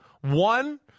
One